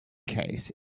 case